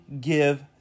give